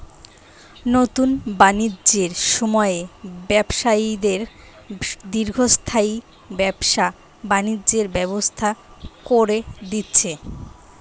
নুতন বাণিজ্যের সময়ে ব্যবসায়ীদের দীর্ঘস্থায়ী ব্যবসা বাণিজ্যের ব্যবস্থা কোরে দিচ্ছে